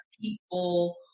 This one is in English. people